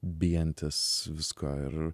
bijantys visko ir